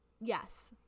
yes